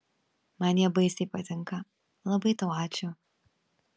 man jie baisiai patinka labai tau ačiū